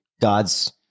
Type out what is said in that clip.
god's